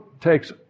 takes